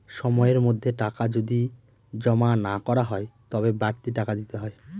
সময়ের মধ্যে টাকা যদি জমা না করা হয় তবে বাড়তি টাকা দিতে হয়